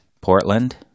Portland